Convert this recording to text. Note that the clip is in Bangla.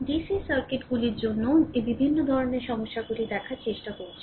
ডিসি সার্কিটগুলির জন্য এবিভিন্ন ধরণের সমস্যাগুলি দেখার চেষ্টা করছি